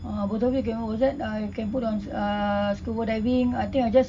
ah both of you can what was that I can put on uh scuba diving uh I think I just